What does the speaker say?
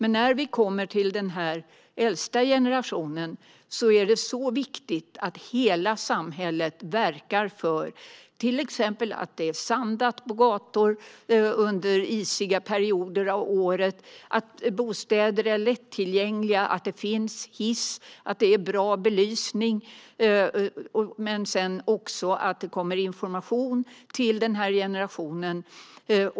När det gäller den äldsta generationen är det viktigt att hela samhället verkar för att det till exempel är sandat under isiga perioder av året, att bostäder är lättillgängliga, att det finns hiss och att det är bra belysning. Den här generationen måste också få information om vad man ska tänka på.